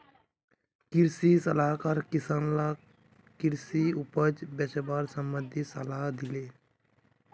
कृषि सलाहकार किसानक कृषि उपज बेचवार संबंधित सलाह दिले